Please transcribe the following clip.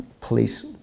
police